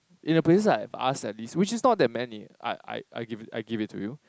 in the places I have asked which is not that many I I I give it I give it to you